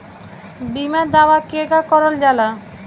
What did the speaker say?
बीमा दावा केगा करल जाला?